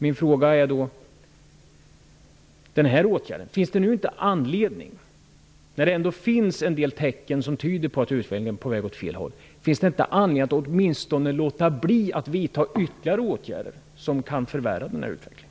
Min fråga blir: När det ändå finns en del tecken på att utvecklingen går åt fel håll, finns det då inte anledning att åtminstone låta bli att vidta ytterligare åtgärder som kan förvärra utvecklingen?